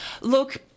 Look